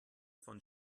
von